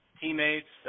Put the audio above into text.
teammates